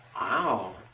Wow